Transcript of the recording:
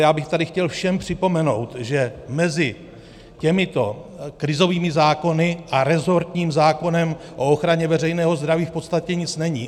Já bych tady ale chtěl všem připomenout, že mezi těmito krizovými zákony a resortním zákonem o ochraně veřejného zdraví v podstatě nic není.